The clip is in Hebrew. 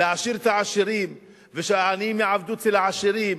להעשיר את העשירים ושהעניים יעבדו אצל העשירים,